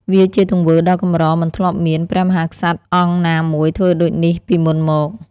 វាជាទង្វើដ៏កម្រមិនធ្លាប់មានព្រះមហាក្សត្រអង្គណាមួយធ្វើដូចនេះពីមុនមក។